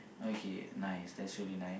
okay nice that's really nice